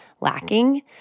lacking